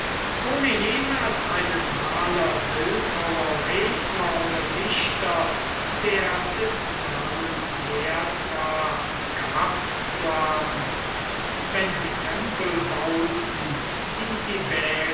ohne jemals einen maler bildhauer redner oder dichter der des namens wert war gehabt zu haben wenn sie tempel bauten die